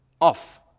off